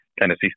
Tennessee